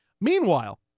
Meanwhile